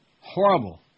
Horrible